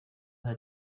her